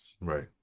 Right